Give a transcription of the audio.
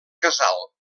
casal